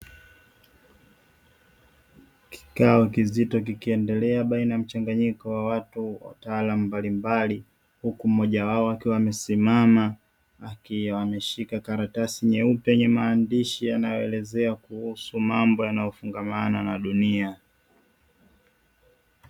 Kikao kizito kikiendelea baina mchanganyiko wa watu wataalamu mbalimbali, huku mmoja wao akiwa amesimama akiwa ameshika karatasi nyeupe yenye maandishi yanayoelezea kuhusu mambo yanayofungamana na dunia.